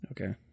Okay